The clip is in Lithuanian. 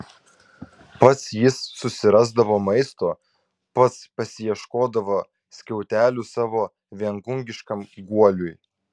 pats jis susirasdavo maisto pats pasiieškodavo skiautelių savo viengungiškam guoliui